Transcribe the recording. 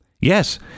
Yes